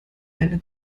eine